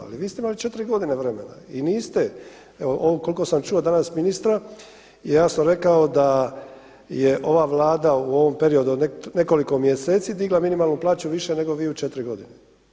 Ali vi ste imali 4 godine vremena i niste koliko sam čuo danas ministra jasno je rekao da je ova Vlada u ovom periodu od nekoliko mjeseci digla minimalnu plaću više nego vi u 4 godine.